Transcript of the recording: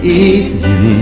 evening